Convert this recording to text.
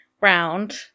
round